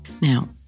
Now